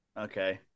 Okay